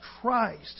Christ